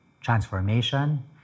transformation